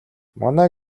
манай